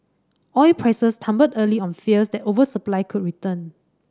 oil prices tumbled early on fears that oversupply could return